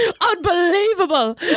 Unbelievable